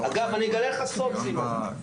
אגלה לך סוד, סימון.